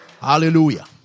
Hallelujah